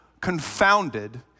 confounded